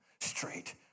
straight